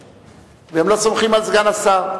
והם לא סומכים על סגן השר.